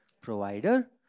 provider